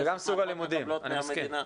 זה גם סוג הלימודים, אני מסכים.